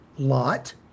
Lot